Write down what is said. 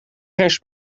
gers